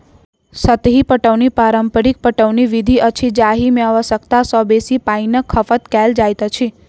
सतही पटौनी पारंपरिक पटौनी विधि अछि जाहि मे आवश्यकता सॅ बेसी पाइनक खपत कयल जाइत अछि